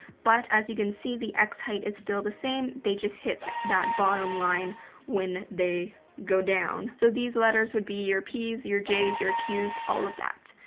but as you can see, the x-height is still the same, they just hit that bottom line when they go down. so these letters would be your p's, your j's, your q's all of that.